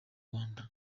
rwanda